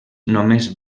només